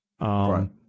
Right